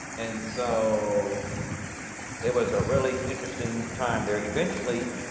and so it was a really interesting time there. eventually,